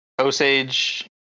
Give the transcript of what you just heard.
Osage